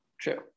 true